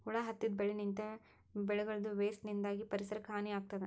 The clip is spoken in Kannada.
ಹುಳ ಹತ್ತಿದ್ ಬೆಳಿನಿಂತ್, ಬೆಳಿಗಳದೂ ವೇಸ್ಟ್ ನಿಂದಾಗ್ ಪರಿಸರಕ್ಕ್ ಹಾನಿ ಆಗ್ತದ್